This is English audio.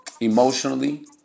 Emotionally